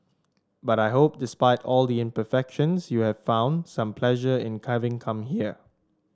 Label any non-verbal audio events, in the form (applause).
but I hope despite all the imperfections you have found some pleasure in (unintelligible) come here